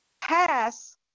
pass